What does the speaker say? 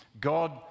God